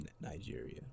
Nigeria